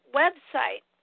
website